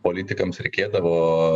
politikams reikėdavo